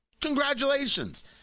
congratulations